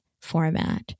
format